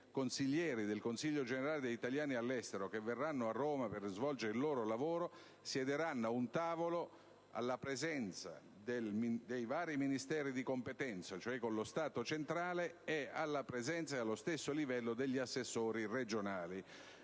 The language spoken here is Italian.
consiglieri del Consiglio generale degli italiani all'estero che verranno a Roma per svolgere il loro lavoro siederanno a un tavolo alla presenza dei vari rappresentanti dei Ministeri di competenza, quindi con lo Stato centrale, e allo stesso livello degli assessori regionali.